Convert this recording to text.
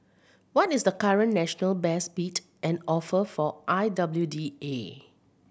what is the current national best bid and offer for I W D A